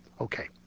Okay